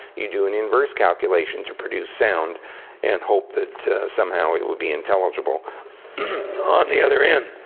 you'd do an inverse calculation to produce sound and hope that somehow it would be intelligible on the other end.